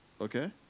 Okay